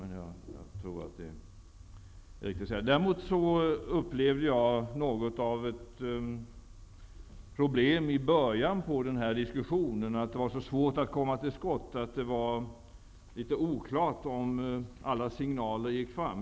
Jag upplevde däremot något av ett problem i början av den här diskussionen. Det var så svårt att komma till skott. Det var litet oklart om alla signaler gick fram.